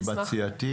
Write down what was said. היא בת סיעתי.